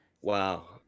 Wow